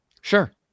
Sure